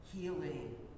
healing